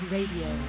Radio